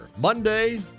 Monday